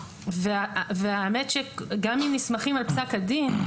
האמת היא שאם גם נסמכים על פסק הדין,